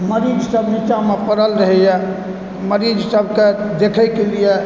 मरीज सब नीचामे पड़ल रहैए मरीज सबके देखैके लिए